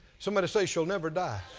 somebody say shall never die.